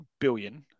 billion